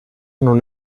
non